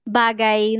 bagay